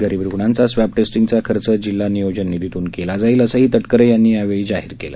गरिब रूग्णाचा स्वॅब टेस्टिंगचा खर्च जिल्हा नियोजन निधीतून केला जाईल असंही तटकरे यांनी जाहीर केलं